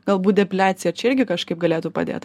galbūt depiliacija čia irgi kažkaip galėtų padėt